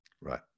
Right